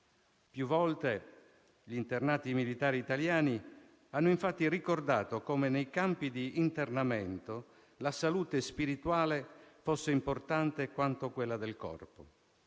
Più volte gli internati militari italiani hanno infatti ricordato come nei campi di internamento la salute spirituale fosse importante quanto quella del corpo.